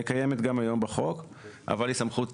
קיימת גם היום בחוק אבל היא סמכות